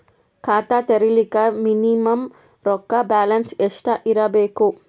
ಖಾತಾ ತೇರಿಲಿಕ ಮಿನಿಮಮ ರೊಕ್ಕ ಬ್ಯಾಲೆನ್ಸ್ ಎಷ್ಟ ಇರಬೇಕು?